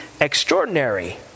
extraordinary